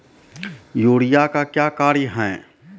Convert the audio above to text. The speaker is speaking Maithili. यूरिया का क्या कार्य हैं?